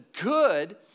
good